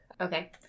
Okay